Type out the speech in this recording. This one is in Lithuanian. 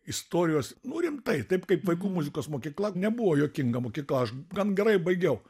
istorijos nu rimtai taip kaip vaikų muzikos mokykla nebuvo juokinga mokykla aš gan gerai baigiau